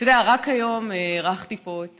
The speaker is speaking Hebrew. אתה יודע, רק היום אירחתי פה את